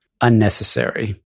unnecessary